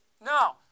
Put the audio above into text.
No